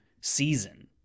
season